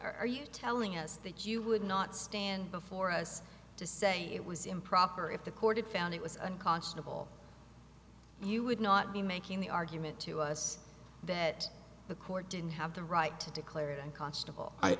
and are you telling us that you would not stand before us to say it was improper if the court found it was unconscionable you would not be making the argument to us that the court didn't have the right to declare a constable i